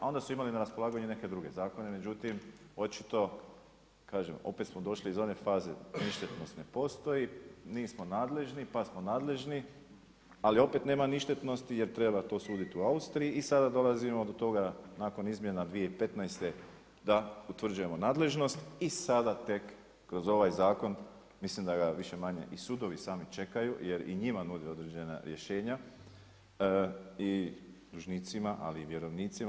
A onda su imali na raspolaganju neke druge zakone, međutim očito opet smo došli iz one faze ništetnost ne postoji, nismo nadležni pa smo nadležni, ali opet nema ništetnosti jer treba to suditi u Austriji i sada dolazimo do toga nakon izmjena 2015. da utvrđujemo nadležnost i sada tek kroz ovaj zakon mislim da ga više-manje i sudovi sami čekaju jer i njima nudi određena rješenja i dužnicima, ali vjerovnicima.